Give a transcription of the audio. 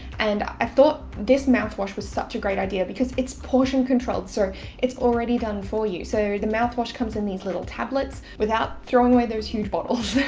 and i thought this mouthwash was such a great idea because it's portion controlled, so it's already done for you. so the mouthwash comes in these little tablets without throwing away those huge bottles.